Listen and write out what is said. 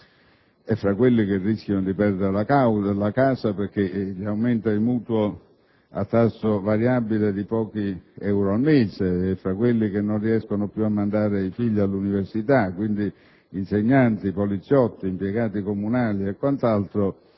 È fra coloro che rischiano di perdere la casa perché aumenta il mutuo a tasso variabile di pochi euro al mese. È tra quelli che non riescono più a mandare i figli all'università. Parliamo quindi di insegnanti, poliziotti, impiegati comunali e tanti altri,